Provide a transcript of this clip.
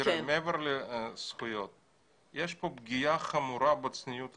מעבר לזכויות יש פה פגיעה חמורה בצנעת הפרט.